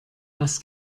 was